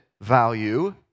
value